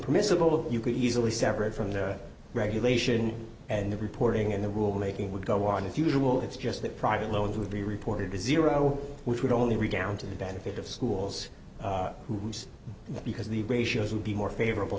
permissible you could easily separate from the regulation and the reporting and the rule making would go on as usual it's just that private loans would be reported to zero which would only read down to the benefit of schools because the ratios would be more favorable